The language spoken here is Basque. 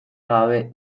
gabe